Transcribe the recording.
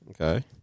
Okay